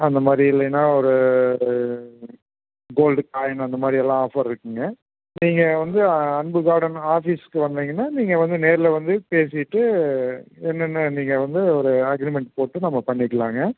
அந்த மாதிரி இல்லைனா ஒரு கோல்டு காயினு அந்த மாதிரி எல்லாம் ஆஃபர் இருக்குதுங்க நீங்கள் வந்து அன்பு கார்டன் ஆஃபீஸுக்கு வந்திங்கனா நீங்கள் வந்து நேரில் வந்து பேசிவிட்டு என்னென்ன நீங்கள் வந்து ஒரு அக்ரிமெண்ட் போட்டு நம்ம பண்ணிக்கலாங்க